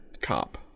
cop